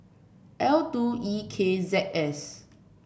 L two E K Z S